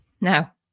Now